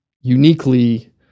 uniquely